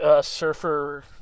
Surfer